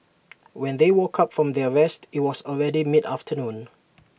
when they woke up from their rest IT was already mid afternoon